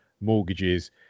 mortgages